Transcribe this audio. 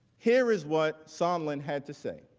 here is what sondland had to say.